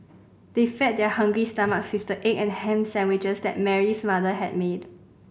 they fed their hungry stomachs with the egg and ham sandwiches that Mary's mother had made